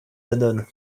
adonne